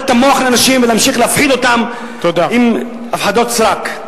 את המוח לאנשים ולהמשיך להפחיד אותם בהפחדות סרק.